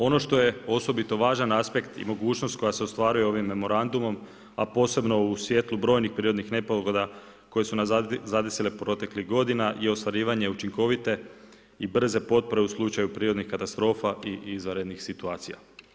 Ono što je osobito važan aspekt i mogućnost koja se ostvaruje ovim memorandumom, a posebno u svijetu brojnim prirodnih nepogoda, koji su nas zadesile proteklih godina i očekivanja učinkovite i brze potpore u slučaju prirodne katastrofa i izvanrednih situacija.